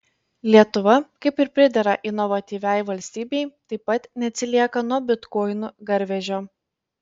lietuva kaip ir pridera inovatyviai valstybei taip pat neatsilieka nuo bitkoinų garvežio